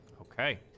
Okay